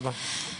שלום.